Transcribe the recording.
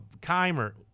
Keimer